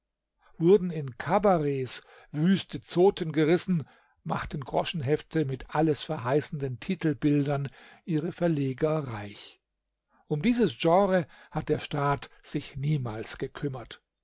wurden in kabaretts wüste zoten gerissen machten groschenhefte mit allesverheißenden titelbildern ihre verleger reich um dieses genre hat der staat sich niemals gekümmert